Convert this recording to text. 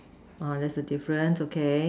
oh that's the difference okay